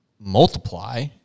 multiply